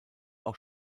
auch